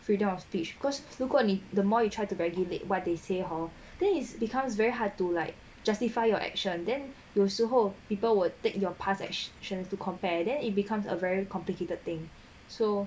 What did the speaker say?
freedom of speech cause 如果你 the more you try to regulate what they say hor then it becomes very hard to like justify your action then 有时候 people will take your past actions to compare then it becomes a very complicated thing so